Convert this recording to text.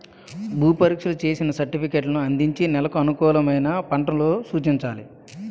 భూ పరీక్షలు చేసిన సర్టిఫికేట్లను అందించి నెలకు అనుకూలమైన పంటలు సూచించాలి